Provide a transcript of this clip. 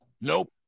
nope